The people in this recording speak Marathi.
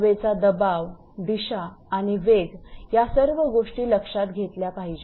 हवेचा दबाव दिशा आणि वेग या सर्व गोष्टी लक्षात घेतल्या पाहिजेत